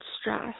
stress